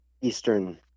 Eastern